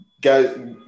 guys